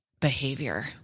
behavior